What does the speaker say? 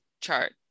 chart